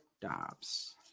Dobbs